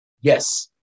yes